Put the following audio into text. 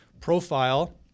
profile